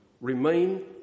remain